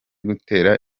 gutera